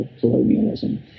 colonialism